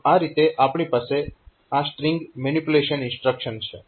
તો આ રીતે આપણી પાસે આ સ્ટ્રીંગ મેનીપ્યુલેશન ઇન્સ્ટ્રક્શન છે